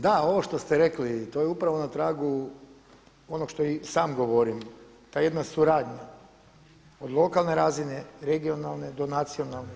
Da, ovo što ste rekli to je upravo na tragu onog što i sam govorim, ta jedna suradnja od lokalne razine, regionalne do nacionalne.